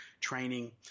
training